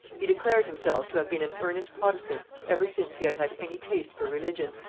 he declared himself to have been an earnest protestant ever since he had had any taste for religion,